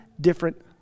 different